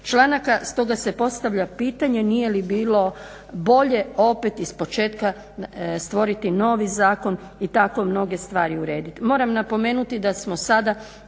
članaka. Stoga se postavlja pitanje nije li bilo bolje opet ispočetka stvoriti novi zakon i tako mnoge stvari urediti. Moram napomenuti da smo sada